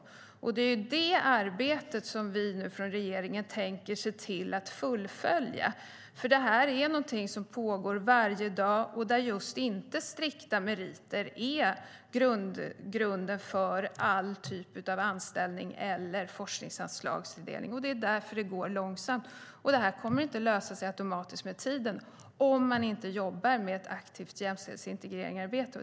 Det är det arbetet som vi i regeringen nu tänker se till att fullfölja. Detta pågår varje dag, och strikta meriter är inte grunden för alla typer av anställningar eller forskningsanslagstilldelning. Det går långsamt, och det kommer inte att lösa sig automatiskt med tiden om man inte jobbar aktivt med jämställdhetsintegrering.